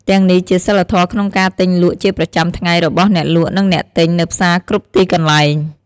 ទាំងនេះជាសីលធម៍ក្នុងការទិញលក់ជាប្រចាំថ្ងៃរបស់អ្នកលក់និងអ្នកទិញនៅផ្សារគ្រប់ទីកន្លែង។